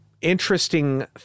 interesting